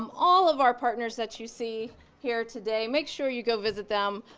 um all of our partners that you see here today, make sure you go visit them.